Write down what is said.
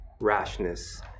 rashness